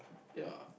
ya